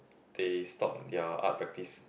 they stop their art practice